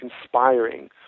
conspiring